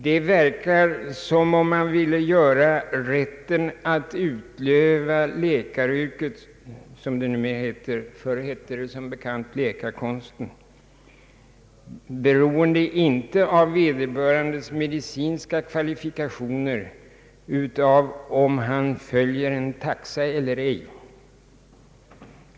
Det verkar som om man ville göra rätten att utöva läkaryrket — som det numera heter, förr hette det som bekant läkar konsten — beroende inte av vederbörandes medicinska kvalifikationer utan av om han följer en taxa eller ej.